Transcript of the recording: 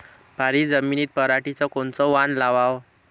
भारी जमिनीत पराटीचं कोनचं वान लावाव?